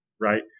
right